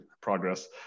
progress